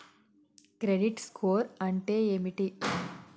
Credit score అంటే ఏమిటి?